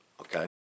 okay